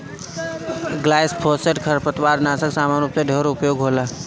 glyphosate खरपतवारनाशक सामान्य रूप से ढेर उपयोग होला